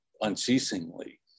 unceasingly